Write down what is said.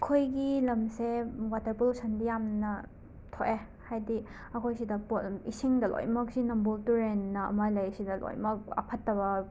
ꯑꯩꯈꯣꯏꯒꯤ ꯂꯝꯁꯦ ꯋꯥꯇꯔ ꯄꯣꯂꯨꯁꯟꯗꯤ ꯌꯥꯝꯅ ꯊꯣꯛꯑꯦ ꯍꯥꯏꯗꯤ ꯑꯩꯈꯣꯏ ꯁꯤꯗ ꯄꯣꯠ ꯏꯁꯤꯡꯗ ꯂꯣꯏꯃꯛꯁꯤ ꯅꯝꯕꯨꯜ ꯇꯨꯔꯦꯜꯅ ꯑꯃ ꯂꯩ ꯁꯤꯗ ꯂꯣꯏꯅꯃꯛ ꯑꯐꯠꯇꯕ